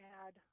add